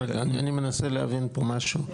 אני מנסה לבין פה משהו,